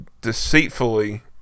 deceitfully